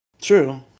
True